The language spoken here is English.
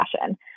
fashion